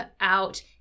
out